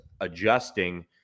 adjusting